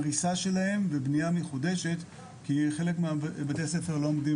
הריסה שלהם ובניה מחודשת כי חלק מבתי הספר לא עומדים